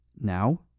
Now